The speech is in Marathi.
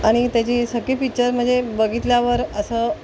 आणि त्याची सगळी पिच्चर म्हणजे बघितल्यावर असं